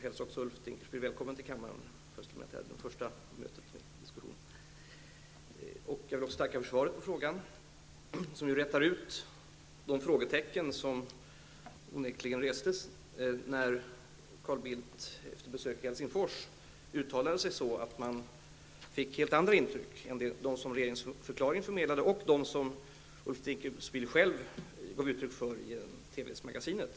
Jag hälsar även Ulf Jag vill också tacka för svaret på frågan som ju rätar ut de frågetecken som onekligen uppstod när Carl Bildt efter besöket i Helsingfors uttalade sig på ett sådant sätt att man fick ett helt annat intryck än det som regeringsförklaringen förmedlade och som Ulf Dinkelspiel själv gav uttryck för i TV-programmet Magasinet.